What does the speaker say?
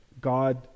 god